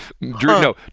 no